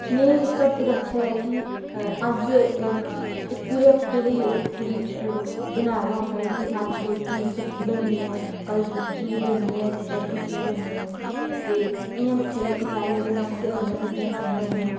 में एह् सब्ब रक्खे दा कि अज्ज इक पूरे हफ्ते दे ओह् पूरी बनाए दा होंदा ऐ कि अज्ज एह्की सब्जी बननी ऐ कल्ल दूई दूई बननी ऐ परसूं त्रीऽ बननी ऐ ते इ'यां रक्खे दा कि पैह्ले दिन अस हरियां सब्जियां खन्ने होन्ने